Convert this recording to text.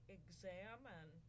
examine –